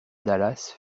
dallas